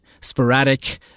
sporadic